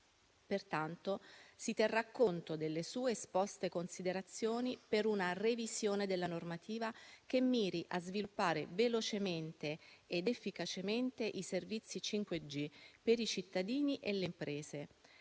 Pertanto si terrà conto delle suesposte considerazioni per una revisione della normativa che miri a sviluppare velocemente ed efficacemente i servizi 5G per i cittadini e le imprese,